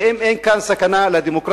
והאם אין כאן סכנה לדמוקרטיה?